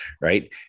Right